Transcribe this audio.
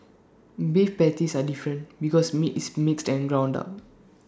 beef patties are different because meat is mixed and ground up